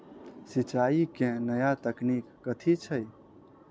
सिंचाई केँ नया तकनीक कथी छै?